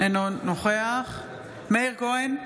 אינו נוכח מאיר כהן,